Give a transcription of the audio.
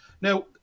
now